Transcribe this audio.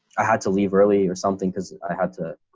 i had to leave early or something because i had to